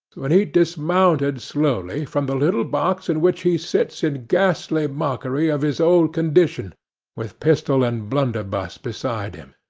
when he dismounted slowly from the little box in which he sits in ghastly mockery of his old condition with pistol and blunderbuss beside him,